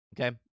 okay